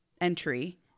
entry